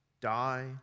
die